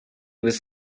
was